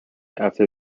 after